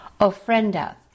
ofrenda